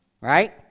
right